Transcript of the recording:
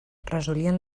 resolien